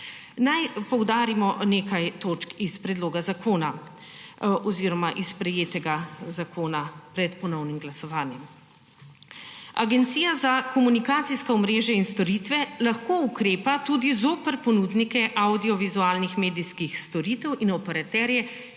Naj poudarimo nekaj točk iz sprejetega zakona pred ponovnim glasovanjem. Agencija za komunikacijska omrežja in storitve lahko ukrepa tudi zoper ponudnike avdiovizualnih medijskih storitev in operaterje,